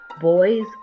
Boys